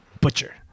Butcher